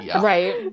Right